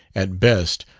at best,